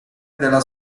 della